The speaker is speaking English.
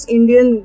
Indian